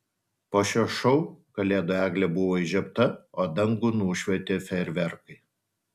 po šio šou kalėdų eglė buvo įžiebta o dangų nušvietė fejerverkai